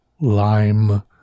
lime